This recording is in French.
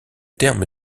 terme